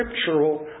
scriptural